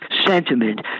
Sentiment